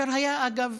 אגב,